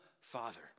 Father